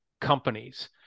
companies